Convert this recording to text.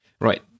Right